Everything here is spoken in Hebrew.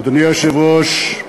אדוני היושב-ראש,